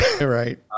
Right